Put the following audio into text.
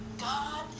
God